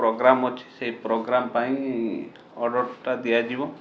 programme ଅଛି ସେଇ programme ପାଇଁ ଅର୍ଡ଼ରଟା ଦିଆଯିବ